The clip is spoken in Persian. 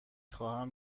خواهم